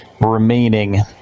remaining